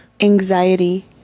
anxiety